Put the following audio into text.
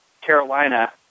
Carolina